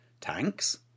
tanks